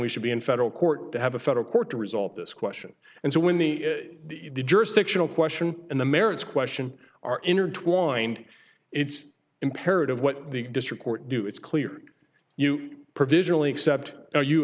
we should be in federal court to have a federal court to resolve this question and so when the the jurisdictional question and the merits question are intertwined it's imperative what the district court do it's clear you